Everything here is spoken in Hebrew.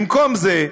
במקום זה,